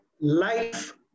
life